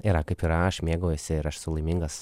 yra kaip yra aš mėgaujuosi ir aš esu laimingas